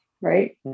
right